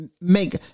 Make